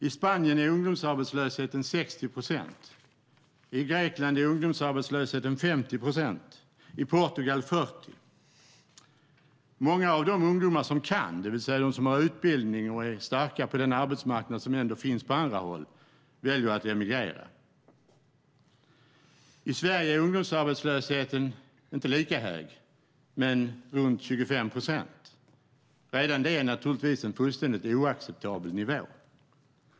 I Spanien är ungdomsarbetslösheten 60 procent, i Grekland är ungdomsarbetslösheten 50 procent och i Portugal är den 40 procent. Många av de ungdomar som kan, det vill säga de som har utbildning och är starka på den arbetsmarknad som finns på andra håll, väljer att emigrera. I Sverige är ungdomsarbetslösheten inte lika hög, runt 25 procent. Redan det är naturligtvis en fullständigt oacceptabel nivå.